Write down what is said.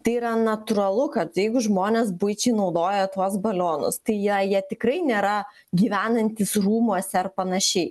tai yra natūralu kad jeigu žmonės buičiai naudoja tuos balionus tai jie jie tikrai nėra gyvenantys rūmuose ar panašiai